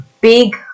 big